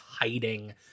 hiding